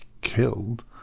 killed